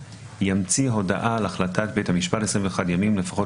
ימציא הודעה על החלטת בית המשפט 21 ימים לפחות